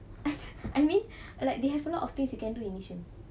I mean like there's a lot of things you can do in yishun